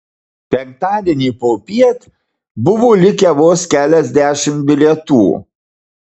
penktadienį popiet buvo likę vos keliasdešimt bilietų